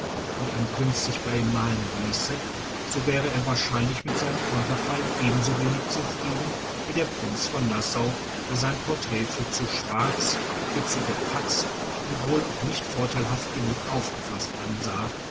und ein prinz sich bei ihm malen ließe so wäre er wahrscheinlich mit seinem konterfei ebenso wenig zufrieden wie der prinz von nassau der sein porträt für zu schwarz für zu gepatzt und wohl auch für nicht vorteilhaft genug aufgefaßt ansah